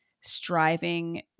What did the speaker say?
striving